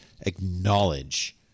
acknowledge